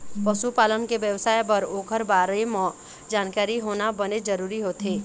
पशु पालन के बेवसाय बर ओखर बारे म जानकारी होना बनेच जरूरी होथे